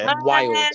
wild